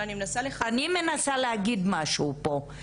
אבל אני מנסה לחזק --- אני מנסה להגיד משהו פה.